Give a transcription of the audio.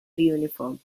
uniform